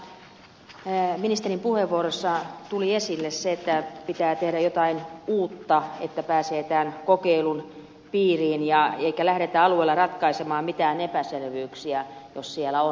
täällä ministerin puheenvuorossa tuli esille se että pitää tehdä jotain uutta että pääsee tämän kokeilun piiriin eikä lähdetä alueella ratkaisemaan mitään epäselvyyksiä jos niitä siellä on